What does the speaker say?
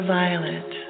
violet